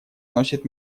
носит